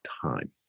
time